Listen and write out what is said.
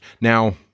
Now